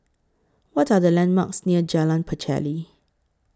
What Are The landmarks near Jalan Pacheli